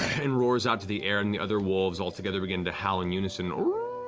and roars out to the air. and the other wolves all together begin to howl in unison.